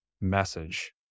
message